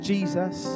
Jesus